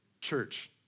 Church